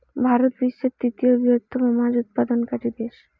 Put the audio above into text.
ভারত বিশ্বের তৃতীয় বৃহত্তম মাছ উৎপাদনকারী দেশ